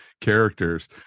characters